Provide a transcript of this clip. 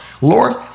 Lord